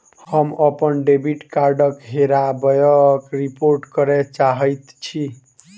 हम अप्पन डेबिट कार्डक हेराबयक रिपोर्ट करय चाहइत छि